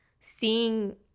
seeing